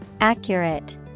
Accurate